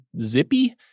zippy